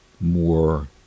more